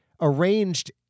arranged